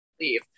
leave